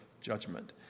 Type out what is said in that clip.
judgment